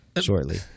Shortly